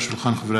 בעד, 16 חברי